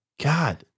God